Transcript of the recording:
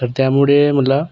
तर त्यामुळे मला